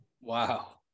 Wow